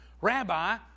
Rabbi